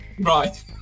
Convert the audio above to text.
Right